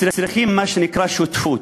צריכים מה שנקרא שותפות.